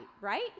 right